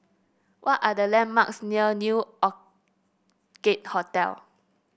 what are the landmarks near New Orchid Hotel